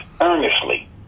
earnestly